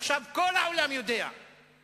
עכשיו כל העולם יודע שממשלת